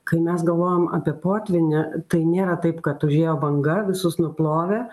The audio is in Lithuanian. kai mes galvojom apie potvynį tai nėra taip kad užėjo banga visus nuplovė